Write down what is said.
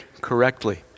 correctly